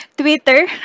Twitter